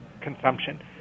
consumption